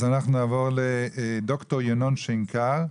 אנחנו נעבור לדוקטור ינון שנקר,